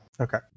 Okay